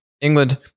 England